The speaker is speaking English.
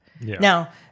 Now